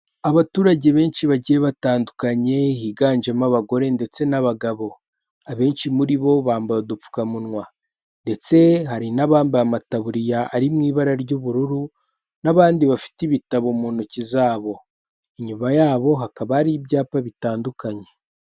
Abaturage benshi bagiye batandukanye, higanjemo abagore ndetse n'abagabo. Abenshi muri bo bambaye udupfukamunwa ndetse hari n'abambaye amataburiya ari mu ibara ry'ubururu n'abandi bafite ibitabo mu ntoki zabo. Inyuma yabo hakaba hari ibyapa bitandukanye.